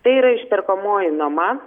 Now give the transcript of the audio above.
tai yra išperkamoji nuoma